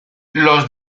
los